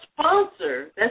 sponsor